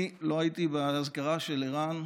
אני לא הייתי באזכרה של ערן,